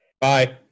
Bye